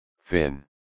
Fin